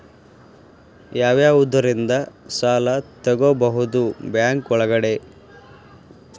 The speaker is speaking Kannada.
ಯಾವ್ಯಾವುದರಿಂದ ಸಾಲ ತಗೋಬಹುದು ಬ್ಯಾಂಕ್ ಒಳಗಡೆ?